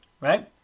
right